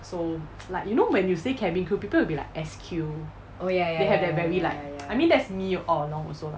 so like you know when you say cabin crew people will be like S_Q they have their very like I mean that's me all along also lah